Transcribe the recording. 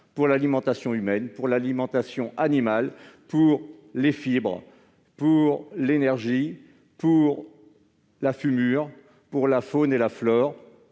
pour l'alimentation humaine, pour l'alimentation animale, pour les fibres, pour l'énergie, pour la fumure, pour la faune et la flore